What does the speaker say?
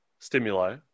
stimuli